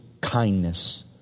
kindness